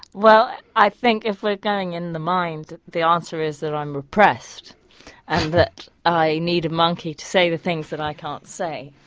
well, i think if we're going in the minds the answer is that i'm repressed and that i need a monkey to say the things that i can't say.